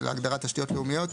של הגדרת תשתיות לאומיות.